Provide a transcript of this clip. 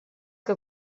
que